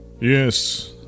Yes